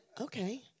okay